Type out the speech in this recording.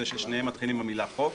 הוא ששניהם מתחילים במילה "חוק",